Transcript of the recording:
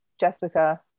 Jessica